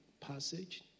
passage